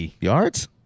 yards